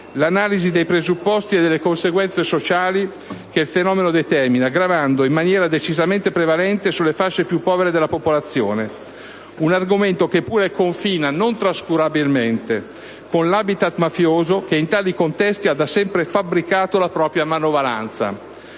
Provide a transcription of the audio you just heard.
l'analisi dei presupposti e delle conseguenze sociali che il fenomeno determina, gravando in maniera decisamente prevalente sulle fasce più povere della popolazione: un argomento che pure confina non trascurabilmente con l'*habitat* mafioso, che in tali contesti ha da sempre fabbricatola propria manovalanza.